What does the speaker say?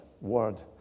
word